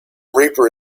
reaper